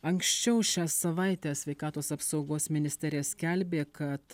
anksčiau šią savaitę sveikatos apsaugos ministerija skelbė kad